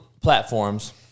platforms